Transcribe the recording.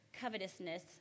covetousness